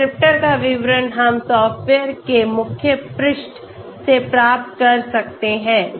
descriptor का विवरण हम सॉफ्टवेयर के मुख्य पृष्ठ से प्राप्त कर सकते हैं